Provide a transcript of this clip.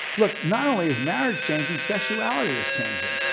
look, not only is marriage changing, sexuality is changing.